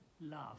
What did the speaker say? love